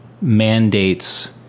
mandates